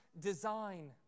design